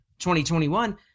2021